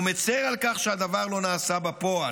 ומצר על כך שהדבר לא נעשה בפועל.